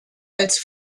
als